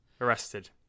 Arrested